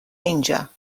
اینجا